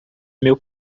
meu